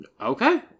Okay